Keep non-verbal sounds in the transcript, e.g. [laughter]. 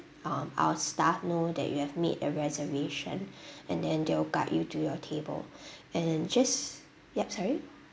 um our staff know that you have made a reservation [breath] and then they will guide you to your table [breath] and then just yup sorry